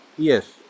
Yes